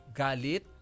galit